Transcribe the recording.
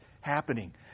happening